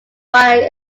fine